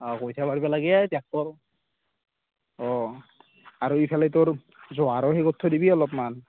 অঁ কইঠা পাৰিব লাগে ট্ৰেকটৰ অঁ আৰু এইফালে তোৰ জহাৰো সেই কৰ থৈ দিবি অলপমান